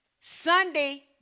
Sunday